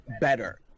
better